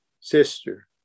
sister